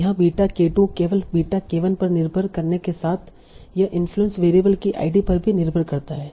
यहाँ beta k2 केवल beta k1 पर निर्भर करने के साथ यह इन्फ्लुएंस वेरिएबल की आईडी पर भी निर्भर करता है